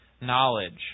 knowledge